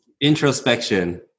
Introspection